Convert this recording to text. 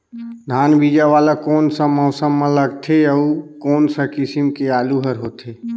धान बीजा वाला कोन सा मौसम म लगथे अउ कोन सा किसम के आलू हर होथे?